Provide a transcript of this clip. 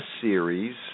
series